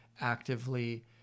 actively